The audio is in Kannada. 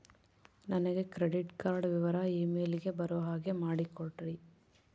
ನನಗೆ ಕ್ರೆಡಿಟ್ ಕಾರ್ಡ್ ವಿವರ ಇಮೇಲ್ ಗೆ ಬರೋ ಹಾಗೆ ಮಾಡಿಕೊಡ್ರಿ?